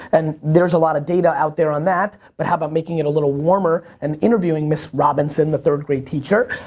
and there's a lot of data out there on that, but how about making it a little warmer and interviewing miss robinson the third grade teacher.